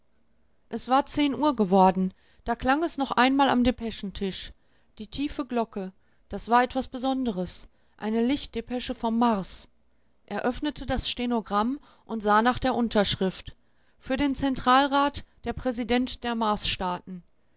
es war zehn uhr geworden da klang es noch einmal am depeschentisch die tiefe glocke das war etwas besonderes eine lichtdepesche vom mars er öffnete das stenogramm und sah nach der unterschrift für den zentralrat der präsident der